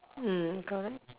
mm correct